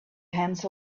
hands